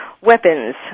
weapons